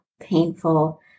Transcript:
painful